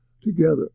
together